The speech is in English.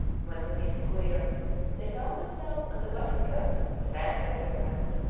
when the mist cleared they found themselves on the west coast of franz josef land,